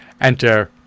enter